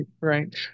Right